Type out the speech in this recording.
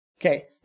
Okay